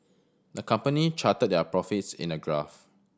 the company charted their profits in a graph